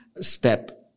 step